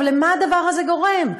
למה הדבר הזה גורם?